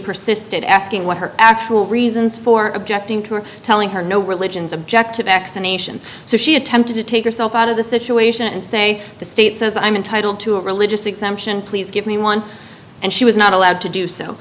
persisted asking what her actual reasons for objecting to her telling her no religion subject to x a nation so she attempted to take yourself out of the situation and say the state says i'm entitled to a religious exemption please give me one and she was not allowed to do so